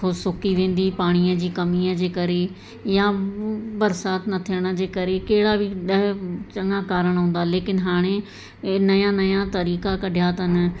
उहो सुकी वेंदी पाणीअ जी कमीअ जे करे या बरसाति न थियण जे करे कहिड़ा बि ॾह चङा कारण हूंदा लेकिन हाणे इहे नया नया तरीक़ा कढिया अथनि